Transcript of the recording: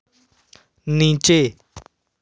नीचे